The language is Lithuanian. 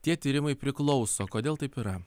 tie tyrimai priklauso kodėl taip yra